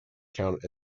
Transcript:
count